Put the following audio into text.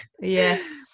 Yes